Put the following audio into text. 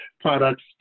products